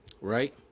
Right